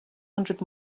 hundred